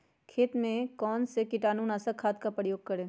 खेत में कौन से कीटाणु नाशक खाद का प्रयोग करें?